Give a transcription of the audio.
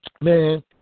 Man